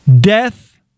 Death